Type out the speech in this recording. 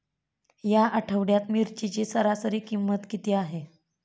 या आठवड्यात मिरचीची सरासरी किंमत किती आहे?